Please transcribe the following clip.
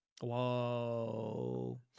Whoa